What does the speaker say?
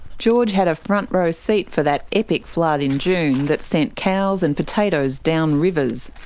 george had a front row seat for that epic flood in june that sent cows and potatoes down rivers.